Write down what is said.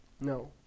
No